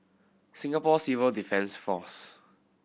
Singapore Civil Defence Force